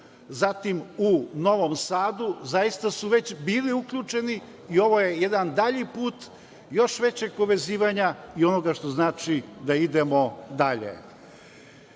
zatim u Novom Sadu, zaista su već bili uključeni i ovo je jedan dalji put još većeg povezivanja i onoga što znači da idemo dalje.U